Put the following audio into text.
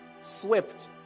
swept